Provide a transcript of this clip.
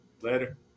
Later